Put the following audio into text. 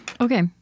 okay